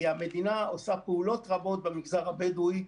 כי המדינה עושה פעולות רבות במגזר הבדואי,